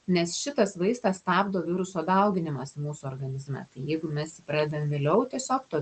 nes šitas vaistas stabdo viruso dauginimąsi mūsų organizme tai jeigu mes pradedam vėliau tiesiog to